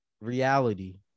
reality